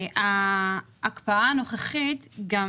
ההקפאה הנוכחית גם